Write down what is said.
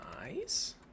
Nice